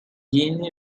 jeans